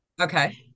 Okay